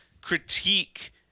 critique